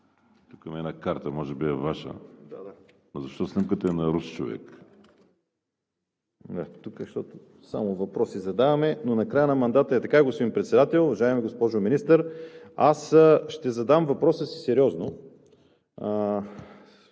тук има една карта, може би е Ваша. ЖЕЛЬО БОЙЧЕВ (БСП за България): Тук е, защото само въпроси задаваме, но накрая на мандата е така, господин Председател. Уважаема госпожо Министър, аз ще задам въпроса си сериозно.